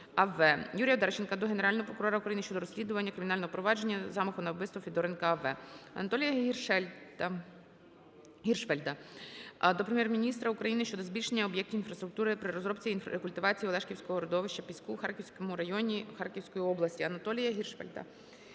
ЮріяОдарченка до Генерального прокурора України щодо розслідування кримінального провадження замаху на вбивство Федоренка А.В. АнатоліяГіршфельда до Прем'єр-міністра України щодо знищення об'єктів інфраструктури при розробці і рекультивації Олешківського родовища піску в Харківському районі Харківської області. АнатоліяГіршфельда